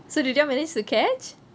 so do you did you all manage to catch